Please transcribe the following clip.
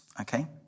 Okay